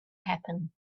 happen